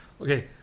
okay